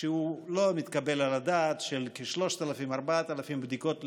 שהוא לא מתקבל על הדעת: כ-4,000-3,000 בדיקות ליום.